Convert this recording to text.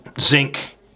zinc